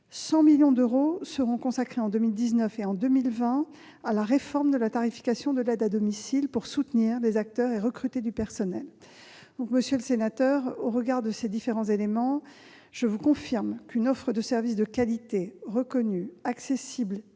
100 millions d'euros seront consacrés à la réforme de la tarification de l'aide à domicile pour soutenir les acteurs et recruter du personnel. Monsieur le sénateur, au regard de ces différents éléments, je vous confirme qu'une offre de services de qualité reconnue, accessible et